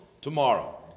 Tomorrow